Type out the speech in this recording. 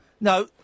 No